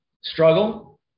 struggle